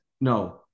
No